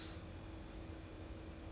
drink it by itself lah